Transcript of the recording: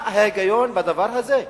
מה ההיגיון בדבר הזה,